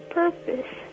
purpose